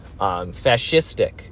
fascistic